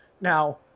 Now